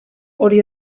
hori